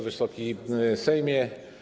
Wysoki Sejmie!